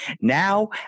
Now